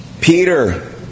Peter